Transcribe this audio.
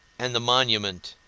and the monument,